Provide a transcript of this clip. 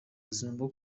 bwo